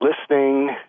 listening